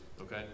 Okay